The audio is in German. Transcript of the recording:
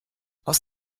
aus